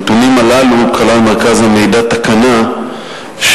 בנתונים הללו כלל מרכז המידע תקנה של